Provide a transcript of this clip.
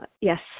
Yes